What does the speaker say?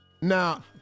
now